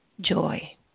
joy